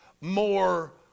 more